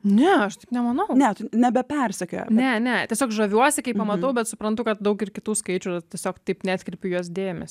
ne aš taip nemanau net nebepersekioja ne ne tiesiog žaviuosi kaip matau bet suprantu kad daug ir kitų skaičių yra tiesiog taip neatkreipiu į juos dėmesį